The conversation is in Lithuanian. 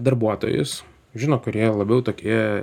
darbuotojus žino kurie labiau tokie